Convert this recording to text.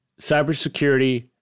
Cybersecurity